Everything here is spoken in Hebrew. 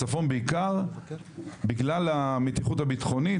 הצפון בעיקר בגלל המתיחות הביטחונית,